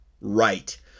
right